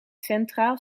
centraal